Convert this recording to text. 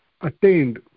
attained